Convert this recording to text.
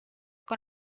con